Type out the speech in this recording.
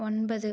ஒன்பது